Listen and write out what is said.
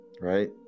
right